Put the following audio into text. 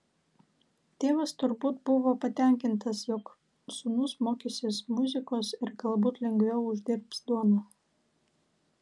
tėvas turbūt buvo patenkintas jog sūnus mokysis muzikos ir galbūt lengviau uždirbs duoną